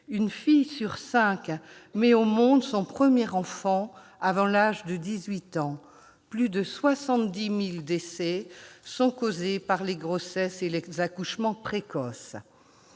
une fille sur cinq met au monde son premier enfant avant l'âge de 18 ans ; plus de 70 000 décès sont causés chaque année par les grossesses et les accouchements précoces.